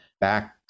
back